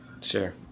Sure